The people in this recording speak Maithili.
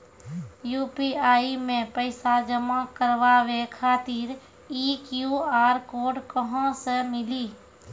यु.पी.आई मे पैसा जमा कारवावे खातिर ई क्यू.आर कोड कहां से मिली?